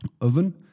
Oven